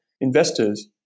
investors